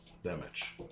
Damage